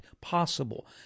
possible